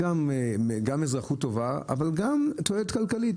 זה גם אזרחות טובה אבל גם תועלת כלכלית,